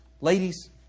ladies